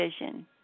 vision